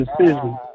decision